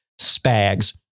spags